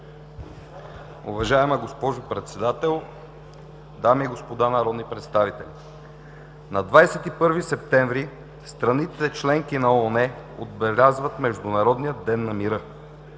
Уважаема госпожо Председател, дами и господа народни представители! На 21 септември страните – членки на ООН, отбелязват Международния ден на мира.